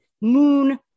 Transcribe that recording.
moon